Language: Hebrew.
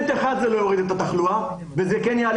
זה לא יוריד סנט אחד את התחלואה וזה כן יעלה